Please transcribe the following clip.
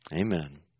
Amen